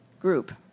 group